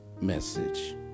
message